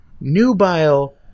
nubile